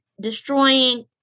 destroying